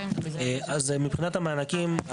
מבחינת המענקים,